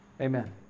Amen